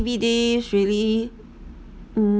C_B days really